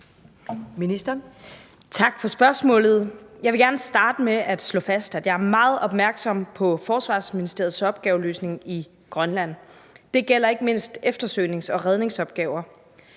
Bramsen): Tak for spørgsmålet. Jeg vil gerne starte med at slå fast, at jeg er meget opmærksom på Forsvarsministeriets opgaveløsning i Grønland. Det gælder ikke mindst eftersøgnings- og redningsopgaver.